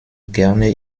gerne